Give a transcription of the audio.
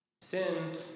Sin